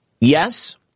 yes